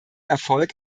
erfolg